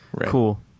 Cool